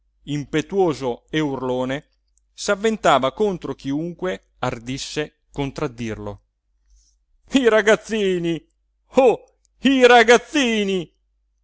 impetuoso e urlone s'avventava contro chiunque ardisse contraddirlo i ragazzini oh i ragazzini